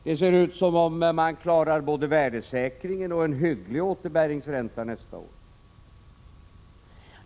Det ser ut som om man klarar både värdesäkringen och en hygglig återbäringsränta nästa år.